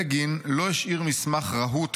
"בגין לא השאיר מסמך רהוט,